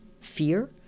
fear